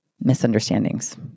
misunderstandings